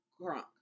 crunk